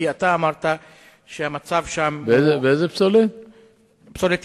שמעתי שעלולים להיפגע כ-100,000 איש